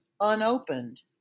unopened